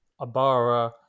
Abara